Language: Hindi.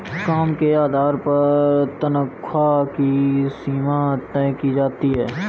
काम के आधार पर तन्ख्वाह की सीमा तय की जाती है